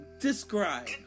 Describe